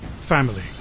Family